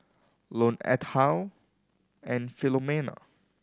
Lone Ethyle and Filomena